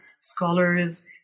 scholars